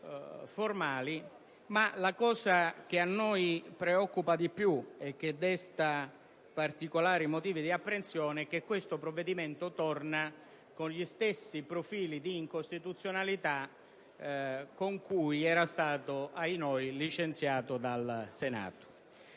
formali. La cosa che più ci preoccupa e che desta particolari motivi di apprensione è che questo provvedimento torna con gli stessi profili di incostituzionalità con cui era stato, ahinoi, licenziato dal Senato.